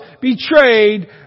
betrayed